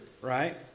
right